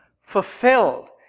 fulfilled